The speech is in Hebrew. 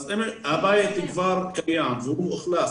אז אם הבית כבר קיים והוא הוחלף,